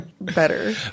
better